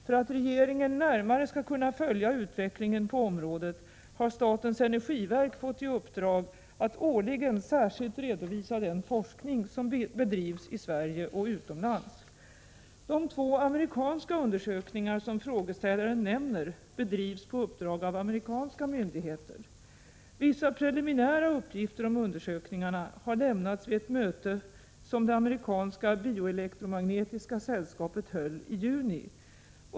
För att regeringen närmare skall kunna följa utvecklingen på området har statens energiverk fått i uppdrag att årligen särskilt redovisa den forskning som bedrivs i Sverige och utomlands. De två amerikanska undersökningar som frågeställaren nämner bedrivs på uppdrag av amerikanska myndigheter. Vissa preliminära uppgifter om undersökningar har lämnats vid ett möte som det amerikanska bioelektromagnetiska sällskapet höll i juni.